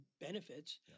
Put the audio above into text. benefits